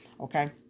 okay